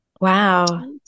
Wow